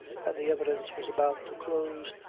and the evidence was about to close,